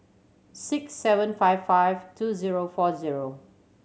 six seven five five two zero four zero